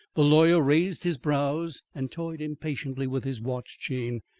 the lawyer raised his brows, and toyed impatiently with his watch-chain.